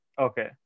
Okay